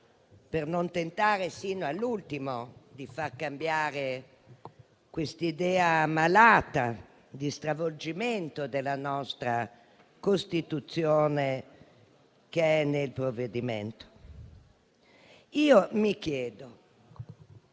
per non tentare sino all'ultimo di far cambiare questa idea malata di stravolgimento della nostra Costituzione che è nel provvedimento. Nonostante